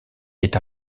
est